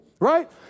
right